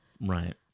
right